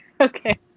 Okay